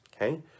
okay